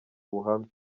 ubuhamya